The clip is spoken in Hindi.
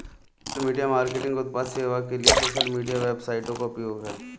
सोशल मीडिया मार्केटिंग उत्पाद सेवा के लिए सोशल मीडिया वेबसाइटों का उपयोग है